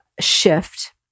shift